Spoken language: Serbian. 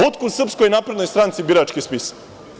Otkud Srpskoj naprednoj stranki birački spisak?